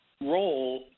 role